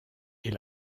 est